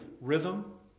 rhythm